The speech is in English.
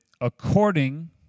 according